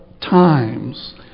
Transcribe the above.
times